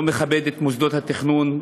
לא מכבד את מוסדות התכנון,